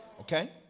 Okay